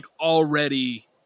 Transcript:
already